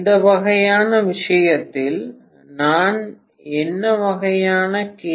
இந்த வகையான விஷயத்தில் நான் என்ன வகையான கே